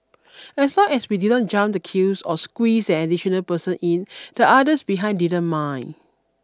as long as we didn't jump the queues or squeezed an additional person in the others behind didn't mind